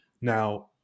Now